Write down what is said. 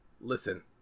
Listen